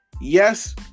Yes